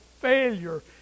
failure